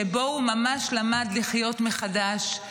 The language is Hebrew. שבו הוא ממש למד לחיות מחדש,